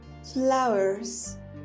Flowers